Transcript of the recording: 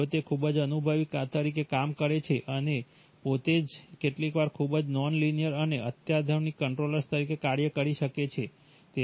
જો તે ખૂબ જ અનુભવી તરીકે કામ કરે છે અને પોતે જ કેટલીકવાર ખૂબ જ નોન લિનિયર અને અત્યાધુનિક કંટ્રોલર્સ તરીકે કાર્ય કરી શકે છે